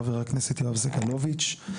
חה"כ יואב סגלוביץ'.